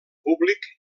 públic